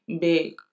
big